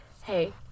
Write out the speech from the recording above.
Hey